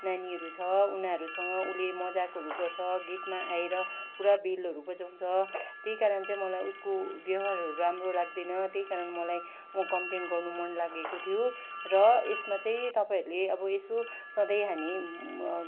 नानीहरू छ उनीहरूसँग उसले मजाकहरू गर्छ गेटमा आएर पुरा बेलहरू बजाउँछ त्यही कारण चाहिँ मलाई उसको व्यवहारहरू राम्रो लाग्दैन त्यही कारण मलाई म कम्प्लेन गर्नु मनलागेको थियो र यसमा चाहिँ तपाईँहरूले अब यसो सधैँ हामी